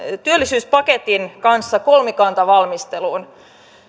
työllisyyspaketin kanssa kolmikantavalmisteluun